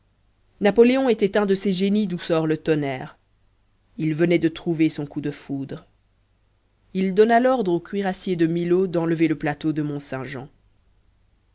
napoléon était un de ces génies d'où sort le tonnerre il venait de trouver son coup de foudre il donna l'ordre aux cuirassiers de milhaud d'enlever le plateau de